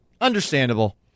Understandable